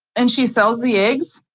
and she sells the eggs,